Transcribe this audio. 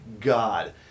God